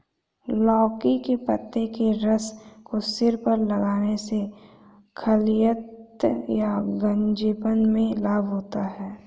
लौकी के पत्ते के रस को सिर पर लगाने से खालित्य या गंजेपन में लाभ होता है